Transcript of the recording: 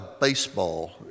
baseball